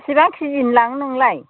बिसिबां केजिनि लांनो नोंलाय